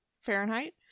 Fahrenheit